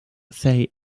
say